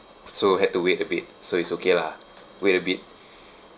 so had to wait a bit so it's okay lah wait a bit